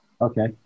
Okay